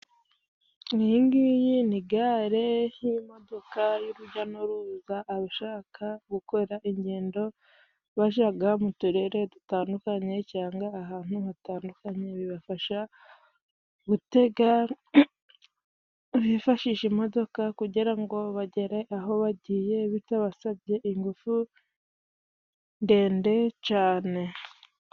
Iyingiyi ni gare y'imodoka y'urujya n'uruza abashaka gukora ingendo bajaga mu turere dutandukanye, cyangwa ahantu hatandukanye. Bibafasha gutega, bifashisha imodoka kugira ngo bagere aho bagiye bitabasabye ingufu ndende cane.